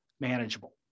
manageable